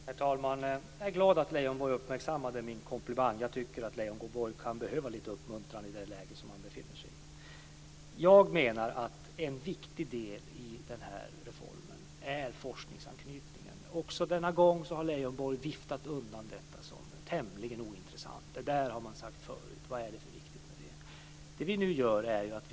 Herr talman! Jag är glad att Leijonborg uppmärksammade min komplimang. Jag tycker att Leijonborg kan behöva lite uppmuntran i det läge han befinner sig i. Jag menar att en viktig del i reformen är forskningsanknytningen. Också denna gång har Leijonborg viftat undan detta som tämligen ointressant. "Det där har man sagt förut. Vad är det som är så viktigt med det?"